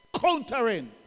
countering